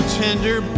tender